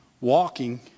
walking